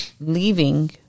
leaving